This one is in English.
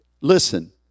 listen